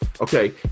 Okay